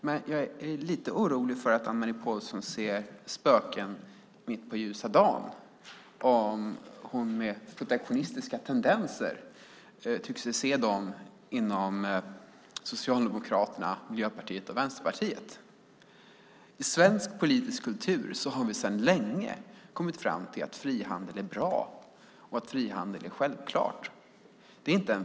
Men jag är lite orolig för att Anne-Marie Pålsson ser spöken mitt på ljusa dagen om hon tycker sig se protektionistiska tendenser inom Socialdemokraterna, Miljöpartiet och Vänsterpartiet. I svensk politisk kultur har vi sedan länge kommit fram till att frihandel är bra och att frihandel är självklart.